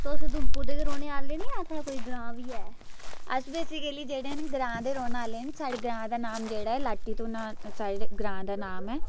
तुस उधमपुर दे गै रौंह्ने आह्ले नीं जां थुहाड़ा कोई ग्रांऽ बी ऐ अस बेसीकली जेह्ड़े ग्रांऽ दे रौंह्ने आह्ले न साढ़े ग्रांऽ दा नांऽ जेह्ड़ा लाटी धूना साढ़े ग्रांऽ दा नांऽ ऐ